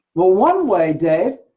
well one way, dave,